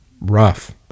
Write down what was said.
rough